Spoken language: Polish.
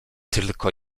tylko